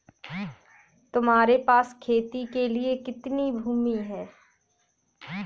तुम्हारे पास खेती के लिए कुल कितनी भूमि है?